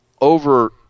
over